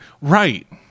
Right